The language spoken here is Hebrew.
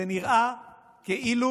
זה נראה כאילו